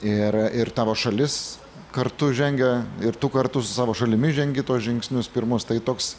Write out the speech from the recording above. ir ir tavo šalis kartu žengia ir tu kartu su savo šalimi žengi tuos žingsnius pirmus tai toks